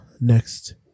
Next